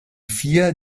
vier